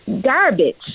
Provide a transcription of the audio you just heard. garbage